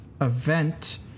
event